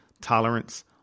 tolerance